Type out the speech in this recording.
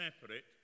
separate